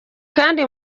kandi